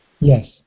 yes